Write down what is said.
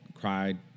cried